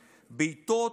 בעיטות,